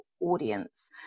audience